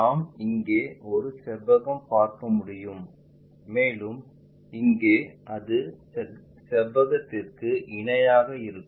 நாம் இங்கே ஒரு செவ்வகம் பார்க்க முடியும் மேலும் இங்கே அது செவ்வகத்திற்கு இணையாக இருக்கும்